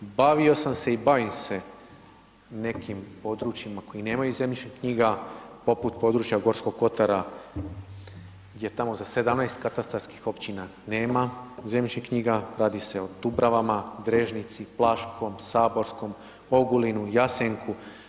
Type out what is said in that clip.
Bavio sam se i bavim se nekim područjima koji nemaju zemljišnih knjiga, poput područja Gorskog kotara, gdje tamo za 17 katastarskih općina, nema zemljišnih knjiga, radi se o Dubravama, Drežnici, Plaškom, Saborskom, Ogulinu, Jasenku.